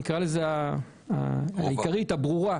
נקרא לה העיקרית והברורה,